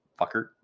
fucker